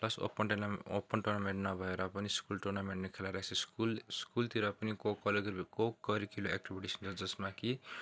plus open tournament open tournament नभएर पनि school टुर्नामेन्टले खेलाइरहेको छ स्कुल स्कुलतिर पनि कोकरिक्युलर एक्टिभिटिजहरू जसमा कि